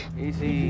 Easy